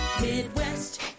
Midwest